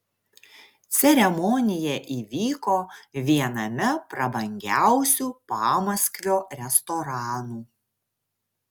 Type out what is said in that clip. ceremonija įvyko viename prabangiausių pamaskvio restoranų